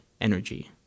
energy